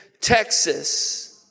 Texas